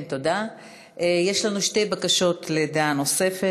יש לנו שתי בקשות לדעה נוספת.